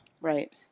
Right